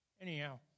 Anyhow